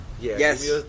Yes